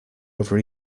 over